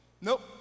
Nope